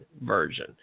version